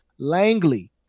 Langley